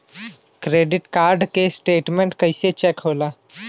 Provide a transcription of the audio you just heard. Credit card के statement कइसे check होला?